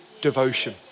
devotion